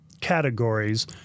categories